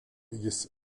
jis